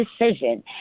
decision